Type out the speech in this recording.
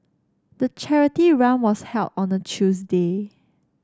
the charity run was held on a Tuesday